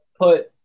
put